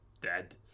dead